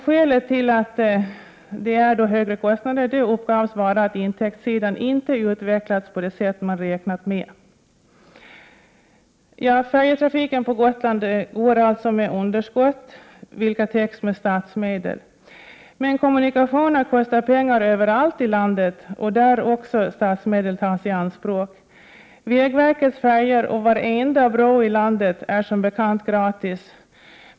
Skälet till att det är högre kostnader uppgavs vara att intäktssidan inte utvecklats på det sätt som man räknat med. Färjetrafiken på Gotland går alltså med underskott, vilka täcks med statsmedel. Men kommunikationer kostar pengar överallt i landet, varvid också statsmedel tas i anspråk. Vägverkets färjor och varenda bro i landet står som bekant till förfogande gratis.